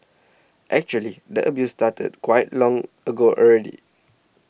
actually the abuse started quite long ago already